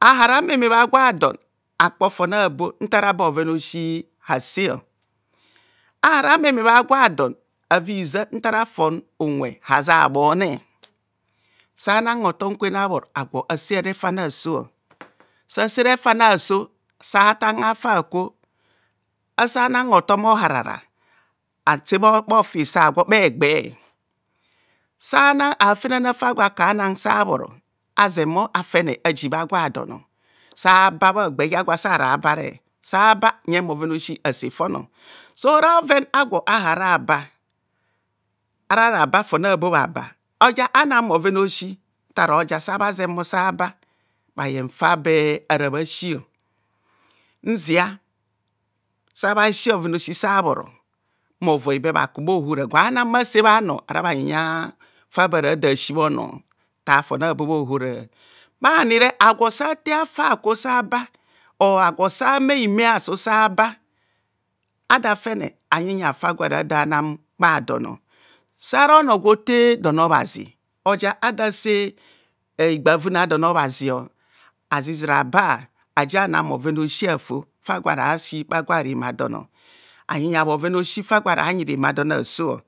Ahura ameme bhagwa don akpo fon abo ntara be bhoven a'osi ase ahura ameme bha gwadon aviza ntara fon unwe aja bhone sana hotom kwene sabhor agwo ase refane aso, sase refane aso satan hafa akwo, sa nan hotom ohavara ase bhifici agwo bha egbe sana afenan fa gwo akana sabhoro azenmor afene aji bha gwa don sababha egbe ja gwo asa ra bare saba nyen bhoven a'osi ase fon sora bhoven agwo hara ba arara ba fon a'bo bha ba oja ana bhoven a'osi ntoroja sabha ze mo bhaba bbaye fabe ara bhasio nzia sa bha ka bha hora gwa na bhase monor ara bhanye yia fara bha si bhonor tar fon abo bhahora bhamire agwo sate hafa akwo sa ba or agwo sa me hime asu saba ada fene anyeyia fa gwo ara da na bhadono, sara onor gwo te don obhazi oja ada se higbavunr adon obhazi azizira aba ajia ana bohovera aosi afo far gwo ara si bhagwa remadon ayeyia bhoven aosi fara nyi remadon aso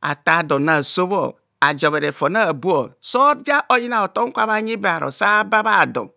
afar done aso ajobhere fon abo so ja oyina hotom kwa bhanyi be bharo sabhaba bhadon.